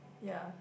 ya